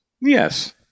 Yes